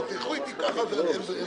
תלכו אתי ככה אז אין בעיה,